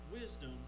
wisdom